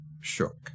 shook